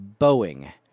Boeing